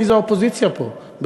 מי באופוזיציה פה,